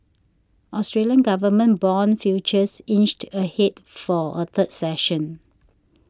Australian government bond futures inched ahead for a third session